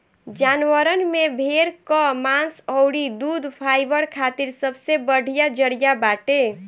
जानवरन में भेड़ कअ मांस अउरी दूध फाइबर खातिर सबसे बढ़िया जरिया बाटे